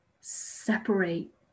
separate